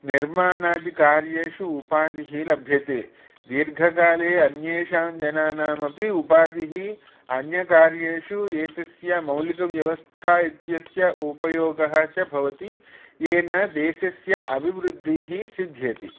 निर्माणादिकार्येषु उपाधिः लभ्यते दीर्घकाले अन्येषां जनानाम् अपि उपाधिः अन्यकार्येषु एतस्य मौलिकव्यवस्था इत्यस्य उपयोगः च भवति येन देशस्य अभिवृद्धिः सिध्यति